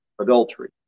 adultery